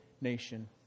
nation